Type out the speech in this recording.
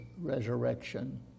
resurrection